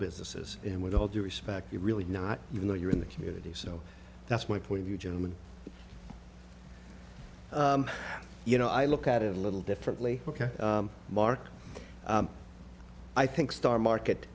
businesses and with all due respect you're really not even though you're in the community so that's my point of view gentleman you know i look at it a little differently ok marc i think star market